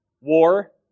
war